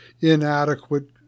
inadequate